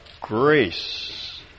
grace